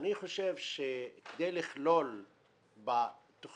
אני חושב שכדי לכלול בתוכניות